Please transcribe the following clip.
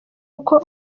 uko